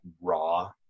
raw